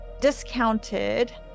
discounted